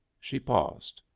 she paused.